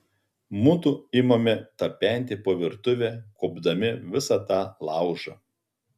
mudu imame tapenti po virtuvę kuopdami visą tą laužą